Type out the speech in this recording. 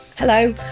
Hello